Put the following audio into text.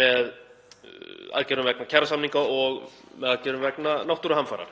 með aðgerðum vegna kjarasamninga og aðgerðum vegna náttúruhamfara.